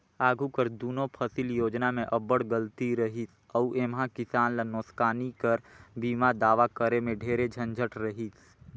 आघु कर दुनो फसिल योजना में अब्बड़ गलती रहिस अउ एम्हां किसान ल नोसकानी कर बीमा दावा करे में ढेरे झंझट रहिस